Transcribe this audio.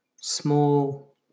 small